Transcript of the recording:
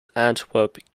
antwerp